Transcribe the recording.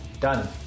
done